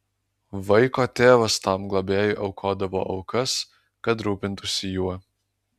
vaiko tėvas tam globėjui aukodavo aukas kad rūpintųsi juo